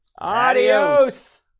adios